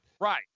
Right